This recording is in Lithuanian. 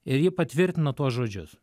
ir ji patvirtino tuos žodžius